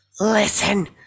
Listen